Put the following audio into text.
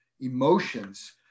emotions